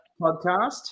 podcast